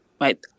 right